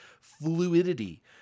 fluidity